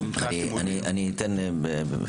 שני הדברים